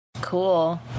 cool